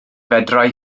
fedrai